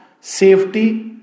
safety